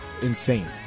insane